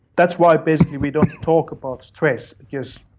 that's why basically we don't talk about stress, because